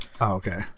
okay